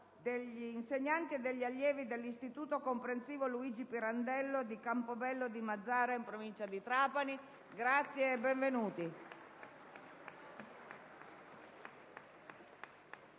gli insegnanti e gli allievi dell'Istituto comprensivo «Luigi Pirandello» di Campobello di Mazara, in provincia di Trapani.